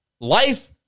life